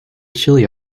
chilly